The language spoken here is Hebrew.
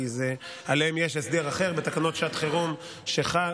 כי עליהם יש הסדר אחר בתקנות שעת חירום שחלות.